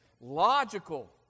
logical